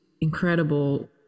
incredible